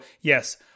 yes